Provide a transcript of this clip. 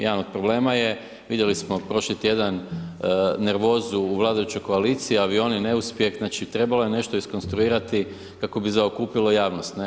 Jedan od problema je, vidjeli smo prošli tjedan nervozu u vladajućoj koaliciji, avioni, neuspjeh, znači trebalo je nešto iskonstruirati kako bi zaokupilo javnost, ne?